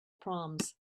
proms